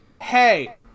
Hey